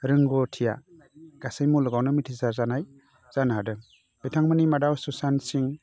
रोंगौथिया गासै मुलुगावनो मिथिसार जानाय जादों बिथांमोननि मादाव सुशांत सिंह